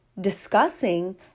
discussing